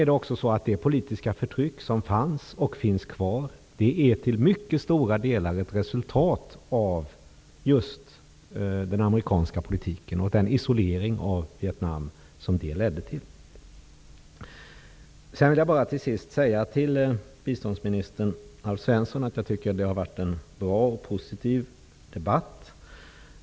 Det politiska förtryck som fanns, och finns kvar, var till mycket stora delar ett resultat just av den amerikanska politiken och den isolering av Vietnam som den ledde till. Till sist vill jag till biståndsminister Alf Svensson säga att jag tycker att detta har varit en bra och positiv debatt.